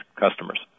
customers